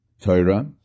Torah